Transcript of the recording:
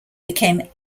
became